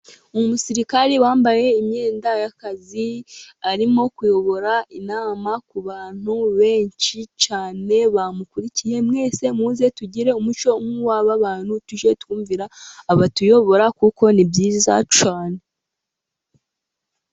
Umusirikari wambaye imyenda y'akazi. Arimo kuyobora inama ku bantu benshi cyane bamukurikiye. Mwese muze tugire umuco nk'uw'aba bantu, tujye twumvira abatuyobora, kuko ni byiza cyane.